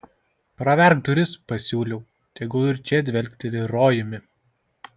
praverk duris pasiūliau tegul ir čia dvelkteli rojumi